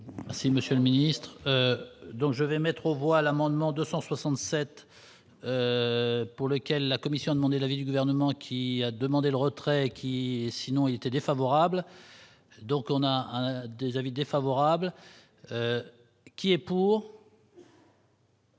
Monsieur le Ministre, donc je vais mettre aux voix l'amendement 267 pour lesquelles la Commission demander l'avis du gouvernement, qui a demandé le retrait qui sinon était défavorable, donc on a des avis défavorables qui est pour.